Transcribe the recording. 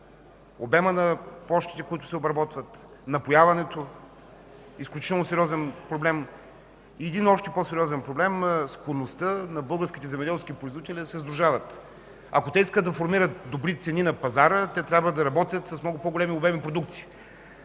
обема на площите, които се обработват, напояването – изключително сериозен проблем. И един още по-сериозен проблем – склонността на българските земеделски производители да се сдружават. Ако те искат да формират добри цени на пазара, те трябва да работят с много по-големи обеми продукция,